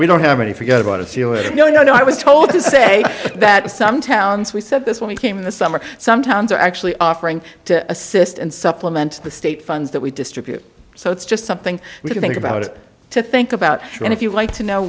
we don't have any forget about it see it no no no i was told to say that some towns we said this when we came in the summer some towns are actually offering to assist and supplement the state funds that we distribute so it's just something we think about it to think about and if you like to know